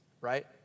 right